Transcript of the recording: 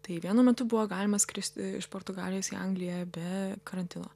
tai vienu metu buvo galima skrist iš portugalijos į angliją be karantino